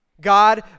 God